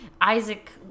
Isaac